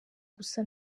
gusa